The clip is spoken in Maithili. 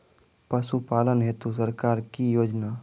पशुपालन हेतु सरकार की योजना?